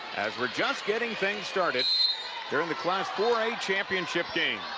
as we arejust getting things started during the class four a championship game.